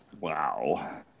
Wow